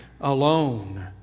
alone